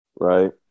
right